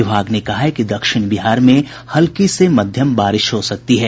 विभाग ने कहा है कि दक्षिण बिहार में हल्की से मध्यम बारिश हो सकती है